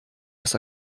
des